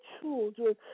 children